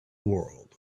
world